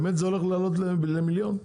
באמת זה הולך לעלות ל- 1 מיליון?